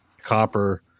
copper